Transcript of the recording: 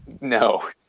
No